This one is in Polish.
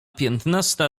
piętnasta